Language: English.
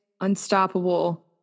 Unstoppable